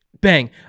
bang